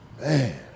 man